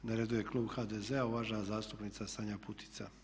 Na redu je klub HDZ-a, uvažena zastupnica Sanja Putica.